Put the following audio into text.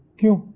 you